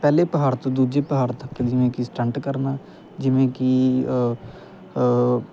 ਪਹਿਲੇ ਪਹਾੜ ਤੋਂ ਦੂਜੇ ਪਹਾੜ ਤੱਕ ਜਿਵੇਂ ਕਿ ਸਟੰਟ ਕਰਨਾ ਜਿਵੇਂ ਕਿ